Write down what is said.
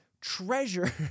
treasure